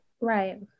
right